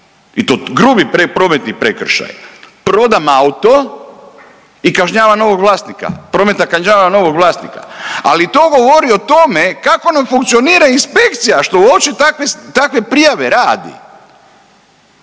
i to grubi prometni prekršaj, prodam auto i kažnjava novog vlasnika, prometna kažnjava novog vlasnika, ali to govori o tome kako nam funkcionira inspekcija što uopće takva, takve prijave radi,